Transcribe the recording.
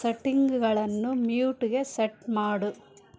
ಸೆಟ್ಟಿಂಗ್ಗಳನ್ನು ಮ್ಯೂಟ್ಗೆ ಸೆಟ್ ಮಾಡು